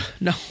No